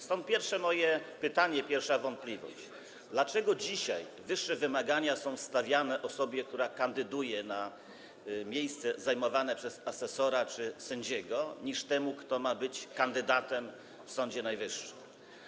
Stąd pierwsze moje pytanie, pierwsza wątpliwość: Dlaczego dzisiaj wyższe wymagania są stawiane osobie, która kandyduje na miejsce zajmowane przez asesora czy sędziego, niż temu, kto ma być kandydatem na sędziego w Sądzie Najwyższym?